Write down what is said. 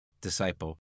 Disciple